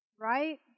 right